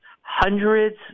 hundreds